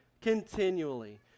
continually